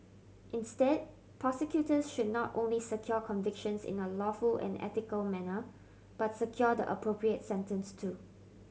instead prosecutors should not only secure convictions in a lawful and ethical manner but secure the appropriate sentence too